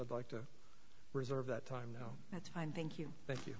i'd like to reserve that time now that's fine thank you thank you